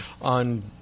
On